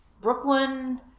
Brooklyn